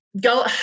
go